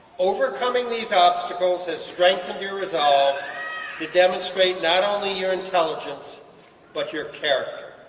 overcoming these obstacles has strengthened your resolve to demonstrate not only your intelligence but your character.